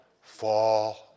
fall